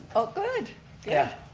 oh good yeah.